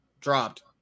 dropped